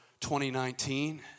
2019